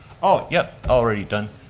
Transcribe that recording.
oh yeah, already done.